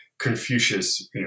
Confucius